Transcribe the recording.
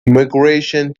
migration